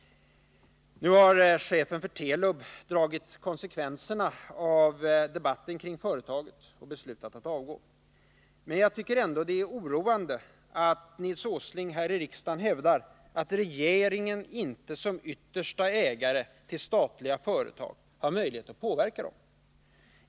Nu har chefen för Telub dragit konsekvenserna av debatten kring företaget och beslutat att avgå. Jag tycker ändå det är oroande att Nils Åsling här i riksdagen hävdar att regeringen inte som yttersta ägare till statliga företag har möjlighet att påverka dem.